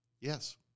Yes